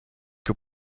que